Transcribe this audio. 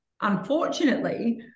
Unfortunately